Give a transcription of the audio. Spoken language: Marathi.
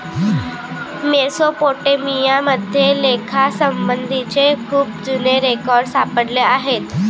मेसोपोटेमिया मध्ये लेखासंबंधीचे खूप जुने रेकॉर्ड सापडले आहेत